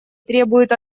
требует